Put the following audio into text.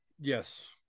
yes